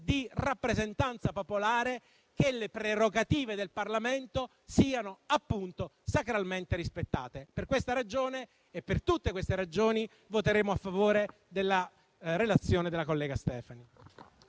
di rappresentanza popolare - che le prerogative del Parlamento siano sacralmente rispettate. Per tali ragioni, voteremo a favore della relazione della collega Stefani.